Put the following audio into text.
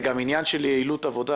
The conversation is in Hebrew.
זה גם עניין של יעילות עבודה